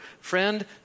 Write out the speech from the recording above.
Friend